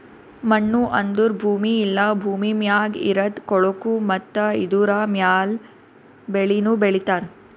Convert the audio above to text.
ಮಣ್ಣು ಅಂದುರ್ ಭೂಮಿ ಇಲ್ಲಾ ಭೂಮಿ ಮ್ಯಾಗ್ ಇರದ್ ಕೊಳಕು ಮತ್ತ ಇದುರ ಮ್ಯಾಲ್ ಬೆಳಿನು ಬೆಳಿತಾರ್